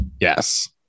Yes